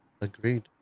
Agreed